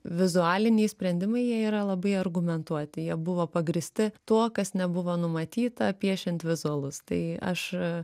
vizualiniai sprendimai jie yra labai argumentuoti jie buvo pagrįsti tuo kas nebuvo numatyta piešiant vizualus tai aš